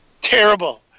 Terrible